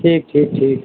ठीक ठीक ठीक